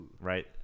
Right